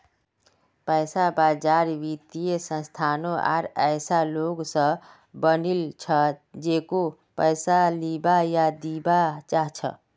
पैसा बाजार वित्तीय संस्थानों आर ऐसा लोग स बनिल छ जेको पैसा लीबा या दीबा चाह छ